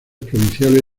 provinciales